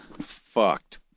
Fucked